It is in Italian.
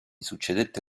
succedette